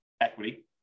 equity